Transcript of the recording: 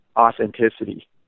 authenticity